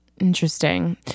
Interesting